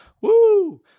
woo